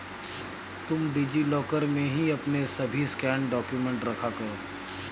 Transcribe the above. तुम DigiLocker में ही अपने सभी स्कैंड डाक्यूमेंट रखा करो